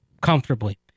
comfortably